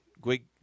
Quick